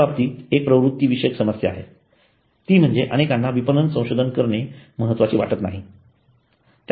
या बाबतीत एक प्रवृत्ती विषयक समस्या आहेत ती म्हणजे अनेकांना विपणन संशोधन करणे महत्वाचे वाटत नाही